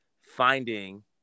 finding